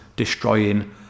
Destroying